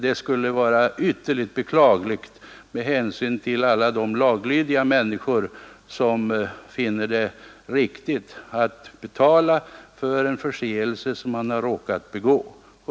Det skulle vara ytterligt beklagligt med hänsyn till alla de laglydiga människor som finner det riktigt att betala för en förseelse som de råkat begå.